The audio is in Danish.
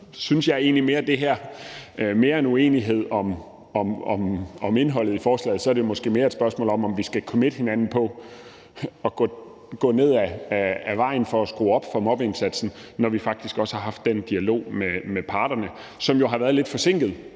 mere end det er en uenighed om indholdet i forslaget, måske er et spørgsmål om, om vi skal committe hinanden på at gå ned ad vejen for at skrue op for mobbeindsatsen, når vi faktisk også har haft den dialog med parterne, som jo har været lidt forsinket